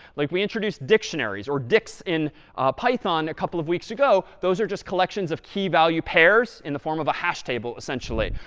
like, we introduced dictionaries or dicts in python a couple of weeks ago. those are just collections of key value pairs in the form of a hash table, essentially.